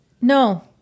No